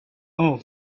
all